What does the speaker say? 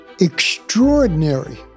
Extraordinary